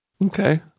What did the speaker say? Okay